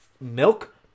Milk